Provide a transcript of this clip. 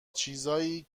چیزایی